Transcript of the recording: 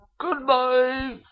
Goodbye